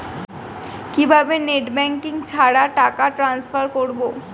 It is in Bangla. কিভাবে নেট ব্যাংকিং ছাড়া টাকা টান্সফার করব?